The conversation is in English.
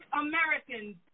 Americans